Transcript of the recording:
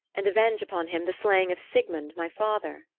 and avenge upon him the slaying of sigmund, my father.